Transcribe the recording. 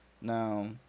Now